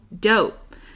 dope